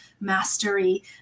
mastery